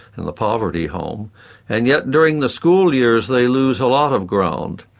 and the poverty home and yet during the school years they lose a lot of ground.